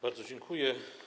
Bardzo dziękuję.